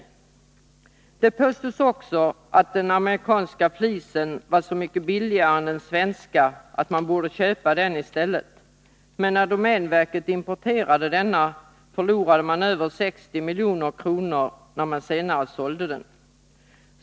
5 Det påstods också att den amerikanska flisen var så mycket billigare än den svenska att man borde köpa den i stället. Men när domänverket importerade av denna, förlorade verket över 60 milj.kr. då flisen senare såldes.